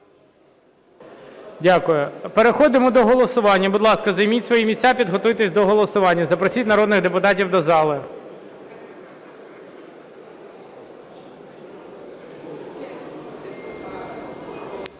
Дякую. Переходимо до голосування. Будь ласка, займіть свої місця, підготуйтесь до голосування. Запросіть народних депутатів до зали.